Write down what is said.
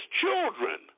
children